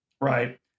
right